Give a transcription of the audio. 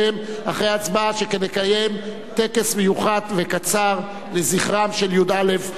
שכן נקיים טקס מיוחד וקצר לזכרם של י"א חללי מינכן,